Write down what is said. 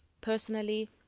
personally